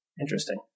Interesting